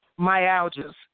Myalgias